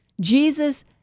Jesus